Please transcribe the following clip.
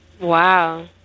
wow